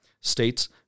states